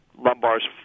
Lumbar's